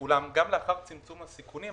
אולם גם לאחר צמצום הסיכונים,